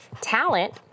Talent